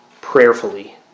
prayerfully